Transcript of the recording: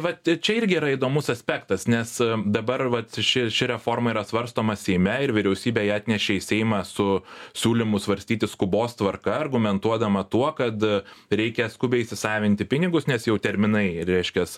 vat čia irgi yra įdomus aspektas nes dabar vat ši ši reforma yra svarstoma seime ir vyriausybė ją atnešė į seimą su siūlymu svarstyti skubos tvarka argumentuodama tuo kad reikia skubiai įsisavinti pinigus nes jau terminai reiškias